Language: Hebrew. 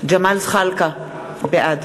ג'מאל זחאלקה, בעד